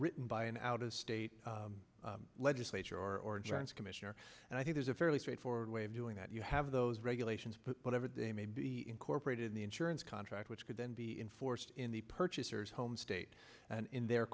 written by an out of state legislature or commissioner and i think there's a fairly straightforward way of doing that you have those regulations but whatever they may be incorporated in the insurance contract which could then be enforced in the purchaser's home state in their